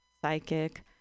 psychic